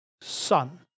Son